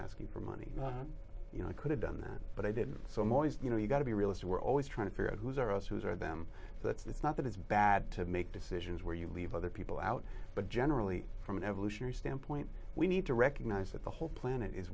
asking for money and you know i could have done that but i did so i'm always you know you got to be realistic we're always trying to figure out who's our us who's are them that it's not that it's bad to make decisions where you leave other people out but generally from an evolutionary standpoint we need to recognize that the whole planet is